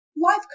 life